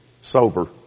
sober